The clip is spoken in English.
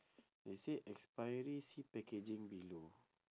they say expiry see packaging below